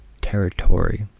territory